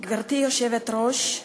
גברתי היושבת-ראש,